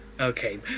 Okay